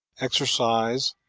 exercise,